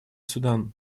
судан